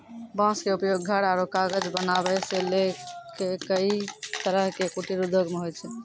बांस के उपयोग घर आरो कागज बनावै सॅ लैक कई तरह के कुटीर उद्योग मॅ होय छै